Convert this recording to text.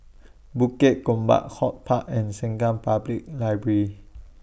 Bukit Gombak Hort Park and Sengkang Public Library